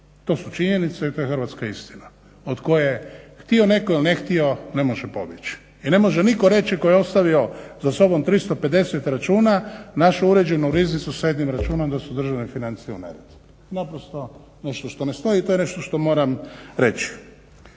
To su činjenice i to je hrvatska istina od koje htio netko ili ne htio ne može pobjeći. I ne može nitko reći tko je ostavio za sobom 350 računa našu uređenu riznicu s jednim računom da su državne financije u neredu. Naprosto nešto što ne stoji i to je nešto što moram reći.